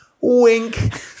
Wink